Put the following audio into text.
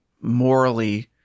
morally